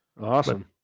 Awesome